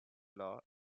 law